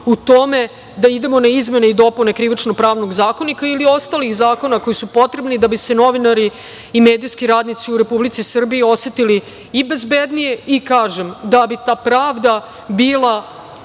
u tome da idemo na izmene i dopuna Krivično pravnog zakonika ili ostalih zakona koji su potrebni da bi se novinari i medijski radnici u Republici Srbiji osetili i bezbednije. Kažem, i da bi ta pravda bila